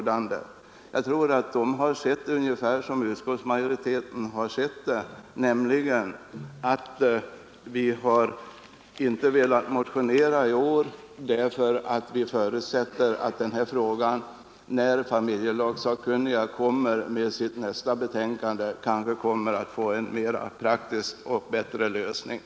De har nog sett saken ungefär som utskottsmajoriteten; vi har inte velat motionera i år, eftersom vi förutsätter att denna fråga kommer att få en bättre och mer praktisk lösning i familjelagssakkunnigas nästa betänkande.